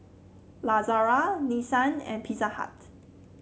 Lazada Nissan and Pizza Hut